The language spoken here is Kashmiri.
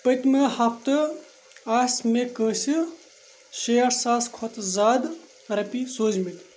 پٔتمہِ ہفتہٕ آس مےٚ کٲنٛسہِ شیٹھ ساس کھۄتہٕ زِیٛادٕ رۄپیہِ سوٗزمٕتۍ